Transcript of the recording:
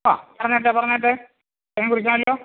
ആ പറഞ്ഞോട്ടെ പറഞ്ഞോട്ടെ വേഗം കുറിക്കാലോ